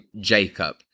Jacob